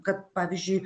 kad pavyzdžiui